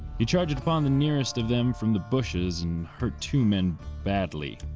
he charged upon the nearest of them from the bushes and hurt two men badly.